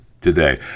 Today